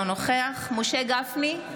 אינו נוכח משה גפני,